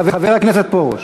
חבר הכנסת פרוש,